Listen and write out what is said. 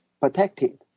protected